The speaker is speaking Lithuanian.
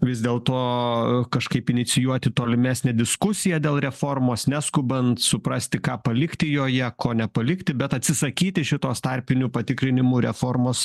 vis dėlto kažkaip inicijuoti tolimesnę diskusiją dėl reformos neskubant suprasti ką palikti joje ko nepalikti bet atsisakyti šitos tarpinių patikrinimų reformos